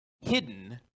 hidden